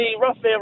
roughly